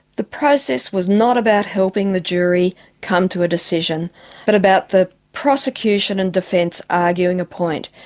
the process was not about helping the jury come to a decision but about the prosecution and defence arguing a point.